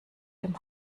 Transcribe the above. dem